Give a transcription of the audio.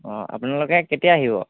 অঁ আপোনালোকে কেতিয়া আহিব